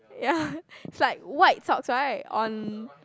yeah it's like white socks right on